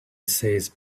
says